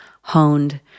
honed